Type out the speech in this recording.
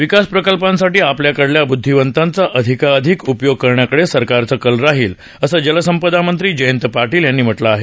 विकास प्रकल्पांसाठी आपल्याकडल्या बुदधीवंतांचा अधिकाधिक उपयोग करण्याकडे सरकारचा कल राहील असं जलसंपदा मंत्री जयंत पाटील यांनी म्हटलं आहे